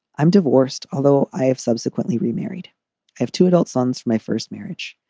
i'm divorced, although i have subsequently remarried, i have two adult sons. my first marriage,